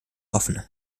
offen